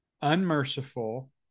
unmerciful